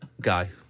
guy